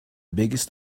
biggest